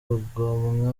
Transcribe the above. rugomwa